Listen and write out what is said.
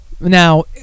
Now